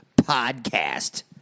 podcast